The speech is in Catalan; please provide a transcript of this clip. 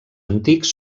antics